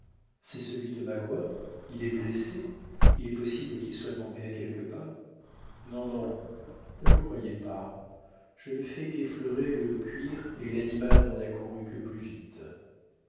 c'est celui de magua il est blessé il est possible qu'il soit tombé à quelques pas non non ne le croyez pas je n'ai fait qu'effleurer le cuir et l'animal n'en a couru que plus vite